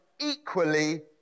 equally